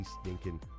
stinking